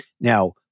Now